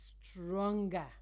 stronger